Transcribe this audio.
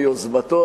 ביוזמתו,